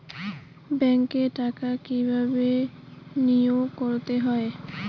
ব্যাংকে টাকা কিভাবে বিনোয়োগ করতে হয়?